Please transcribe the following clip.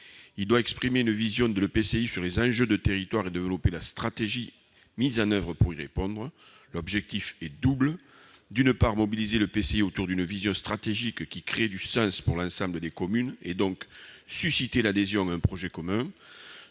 Il doit exprimer une vision de l'EPCI sur les enjeux du territoire et développer la stratégie mise en oeuvre pour y répondre. L'objectif est double : d'une part, mobiliser l'EPCI autour d'une vision stratégique qui crée du sens pour l'ensemble des communes, donc susciter l'adhésion à un projet commun